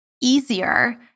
easier